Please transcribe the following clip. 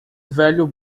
velho